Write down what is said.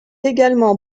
également